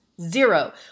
Zero